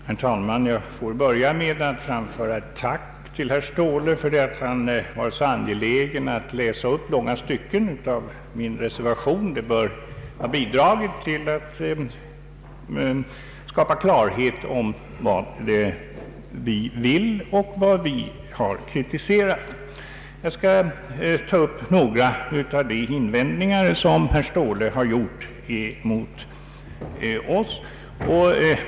Herr talman! Jag vill börja med att framföra ett tack till herr Ståhle för att han var så angelägen att läsa upp långa stycken ur vår reservation. Det bör ha bidragit till att skapa klarhet om vad vi vill och vad vi har kritiserat. Jag skall ta upp några av de invändningar som herr Ståhle gjort mot oss.